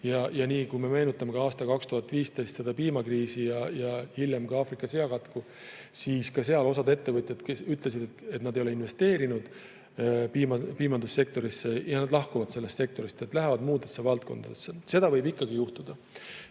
teguritest. Meenutame ka aasta 2015 piimakriisi ja hiljem olnud Aafrika seakatku. Ka siis osa ettevõtjaid ütlesid, et nad ei ole investeerinud piimandussektorisse ja nad lahkuvad sellest sektorist, lähevad muudesse valdkondadesse. Seda võib ikkagi juhtuda.